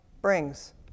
brings